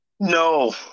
No